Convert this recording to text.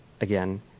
again